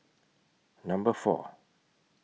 Number four